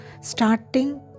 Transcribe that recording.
starting